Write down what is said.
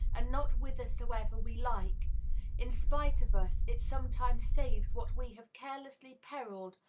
and not whithersoever we like in spite of us, it sometimes saves what we have carelessly perilled,